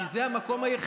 כי זה המקום היחיד,